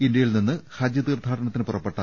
ഇന്തൃയിൽനിന്ന് ഹജ്ജ് തീർത്ഥാടനത്തിന് പുറപ്പെട്ട